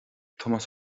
tomás